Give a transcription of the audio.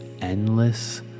endless